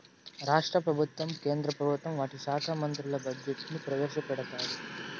రాష్ట్ర ప్రభుత్వం కేంద్ర ప్రభుత్వం వాటి శాఖా మంత్రులు బడ్జెట్ ని ప్రవేశపెడతారు